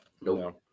No